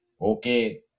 Okay